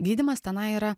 gydymas tenai yra